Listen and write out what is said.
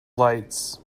lights